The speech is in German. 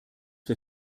wir